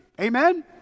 Amen